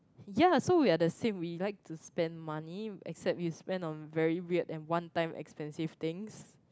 ya so we are the same we like to spend money except you spend on very weird and one time expensive things